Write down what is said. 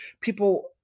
people